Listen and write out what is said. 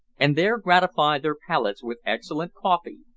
and there gratify their palates with excellent coffee,